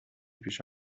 پیش